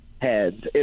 heads